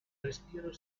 respiro